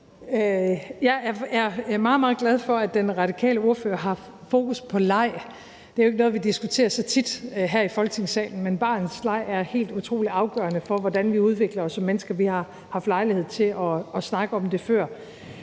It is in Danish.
meget, meget glad for, at den radikale ordfører har fokus på leg. Det er jo ikke noget, vi diskuterer så tit her i Folketingssalen, men barnets leg er helt utrolig afgørende for, hvordan vi udvikler os som mennesker. Vi har haft lejlighed til at snakke om det før.